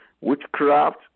witchcraft